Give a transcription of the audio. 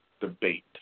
debate